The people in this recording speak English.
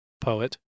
poet